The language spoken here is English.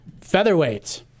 Featherweight